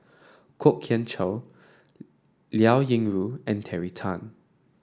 Kwok Kian Chow Liao Yingru and Terry Tan